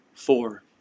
Four